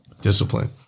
discipline